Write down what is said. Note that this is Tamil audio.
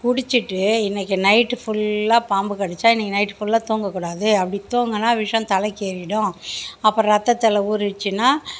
குடிச்சுட்டு இன்னிக்கி நைட்டு ஃபுல்லாக பாம்பு கடித்தா இன்னிக்கி நைட்டு ஃபுல்லாக தூங்கக்கூடாது அப்படி தூங்கினா விஷம் தலைக்கு ஏறிவிடும் அப்புறம் ரத்தத்தில் ஊறிடுச்சுனா